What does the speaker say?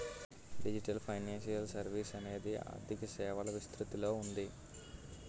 digital financial services అనేది ఆర్థిక సేవల విస్తృతిలో ఉంది